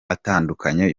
atandukanye